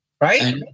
Right